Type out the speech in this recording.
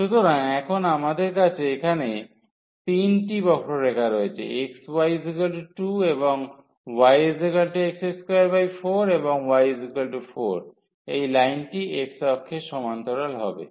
সুতরাং এখন আমাদের কাছে এখানে 3 টি বক্ররেখা রয়েছে xy 2 এবং yx24 এবং y4 এই লাইনটি x অক্ষের সমান্তরাল হবে